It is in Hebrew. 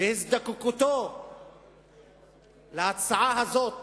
והזדקקותו להצעה הזאת